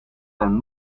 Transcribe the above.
ten